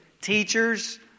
teachers